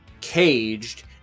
caged